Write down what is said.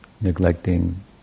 neglecting